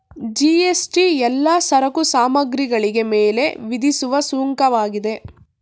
GST ಎಲ್ಲಾ ಸರಕು ಸಾಮಗ್ರಿಗಳಿಗೆ ಮೇಲೆ ವಿಧಿಸುವ ಸುಂಕವಾಗಿದೆ